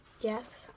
Yes